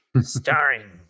starring